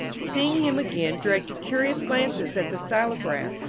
seeing him again directing curious glances at the stylograph,